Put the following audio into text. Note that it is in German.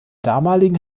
damaligen